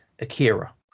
Akira